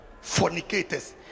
fornicators